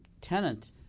tenant